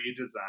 redesign